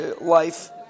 life